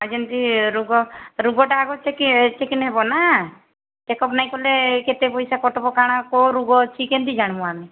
ଆଉ ଯେମିତି ରୋଗ ରୋଗଟା ଆଗେ ଚେକଅପ୍ ହେବ ନା ଚେକଅପ୍ ନାଇଁ କଲେ କେତେ ପଇସା କଟିବ କାଣା କେଉଁ ରୋଗ ଅଛି କେମିତି ଜାଣିବୁ ଆମେ